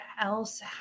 else